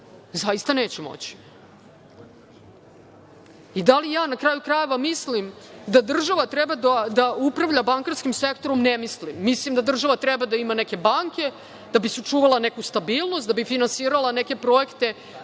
Zaista, neće moći. Da li ja na kraju krajeva mislim da država treba da upravlja bankarskim sektorom? Ne mislim, mislim da država treba da ima neke banke, da bi sačuvala neku stabilnost, da bi sačuvala neke projekte